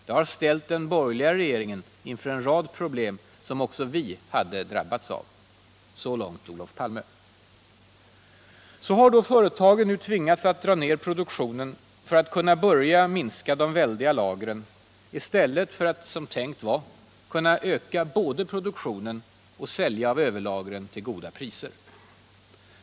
Det har ställt den borgerliga regeringen inför en rad problem som också vi hade drabbats av.” Så har företagen nu tvingats att dra ner produktionen för att kunna börja minska de väldiga lagren i stället för att som tänkt var kunna både öka produktionen och sälja av överlagren till goda priser.